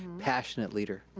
passionate leader.